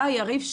אתה יריב,